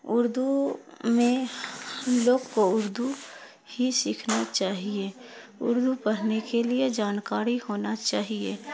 اردو میں ہم لوگ کو اردو ہی سیکھنا چاہیے اردو پرھنے کے لیے جانکاری ہونا چاہیے